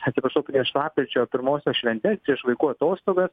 atsiprašau prieš lapkričio pirmosios šventes prieš vaikų atostogas